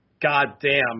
goddamn